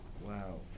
Wow